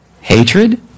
hatred